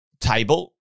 table